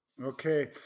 Okay